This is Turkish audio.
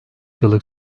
yıllık